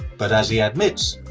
but as he admits,